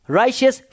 righteous